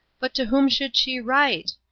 but to whom should she write?